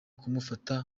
kumufata